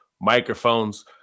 microphones